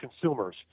consumers